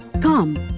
Come